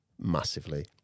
massively